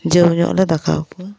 ᱡᱟᱹᱣᱧᱚᱜᱞᱮ ᱫᱟᱠᱟᱣᱟᱠᱚᱣᱟ